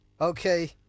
okay